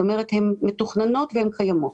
הן מתוכננות והן קיימות.